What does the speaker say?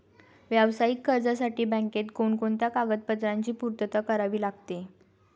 व्यावसायिक कर्जासाठी बँकेत कोणकोणत्या कागदपत्रांची पूर्तता करावी लागते?